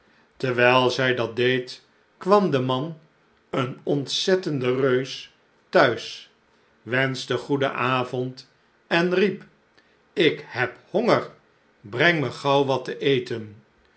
terwijl zij dat deed kwam de man een ontzettende reus t'huis wenschte goeden avond en riep k heb honger breng me gaauw wat te eten